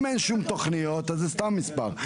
אם אין שום תוכניות, אז זה סתם מספר.